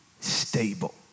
stable